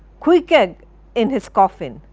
queequeg in his coffin,